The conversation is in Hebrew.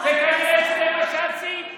וכנראה זה מה שעשית.